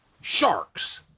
sharks